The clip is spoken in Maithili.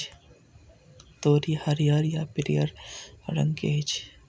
तोरी हरियर आ पीयर रंग के होइ छै